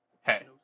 hey